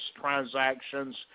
transactions